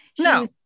no